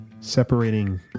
separating